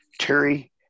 Terry